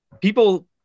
people